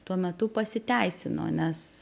tuo metu pasiteisino nes